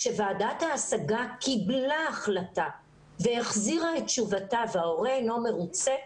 כשוועדת ההשגה קיבלה החלטה והחזירה את תשובתה וההורה לא מרוצה,